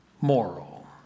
moral